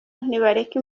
nibareke